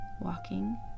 walking